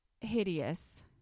hideous